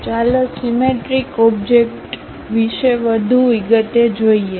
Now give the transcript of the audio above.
ચાલો સીમેટ્રિક ઓબજેકટઓબજેકટવિશે વધુ વિગતો જોઈએ